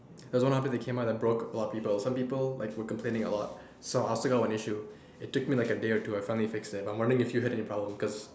there was one update that came out that broke a lot of people some people like were complaining a lot so I stuck on an issue it took my a day or two I finally fixed it but I was wondering if you had any problems because